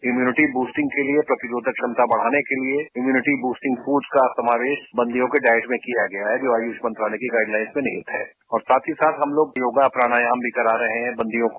immunity boosting के लिये प्रतिरोधक क्षमता बढ़ाने के लिये इम्यूनिटी ब्रस्टिंग बूथ का समावेश बंदियों के डाइट में किया गया है जो आयुष मंत्रालय की गाइड लाइन में निहित है और साथ ही साथ हम लोग योगा प्रणायाम भी करा रहे है बंदियों को